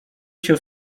się